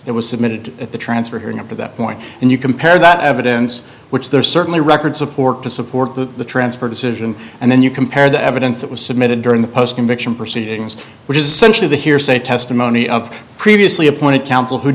that was submitted at the transfer hearing up to that point and you compare that evidence which there is certainly record support to support the transfer decision and then you compare the evidence that was submitted during the post conviction proceedings which is essentially the hearsay testimony of previously appointed counsel who